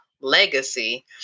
legacy